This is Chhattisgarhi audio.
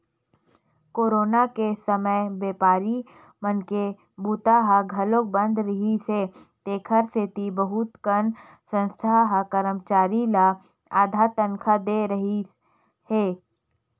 कोरोना के समे बेपारी मन के बूता ह घलोक बंद रिहिस हे तेखर सेती बहुत कन संस्था ह करमचारी ल आधा तनखा दे रिहिस हे